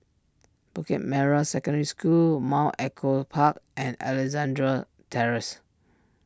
Bukit Merah Secondary School Mount Echo Park and Alexandra Terrace